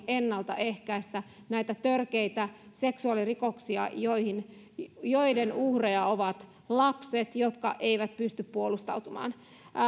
ennaltaehkäistä näitä törkeitä seksuaalirikoksia joiden uhreja ovat lapset jotka eivät pysty puolustautumaan